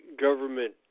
government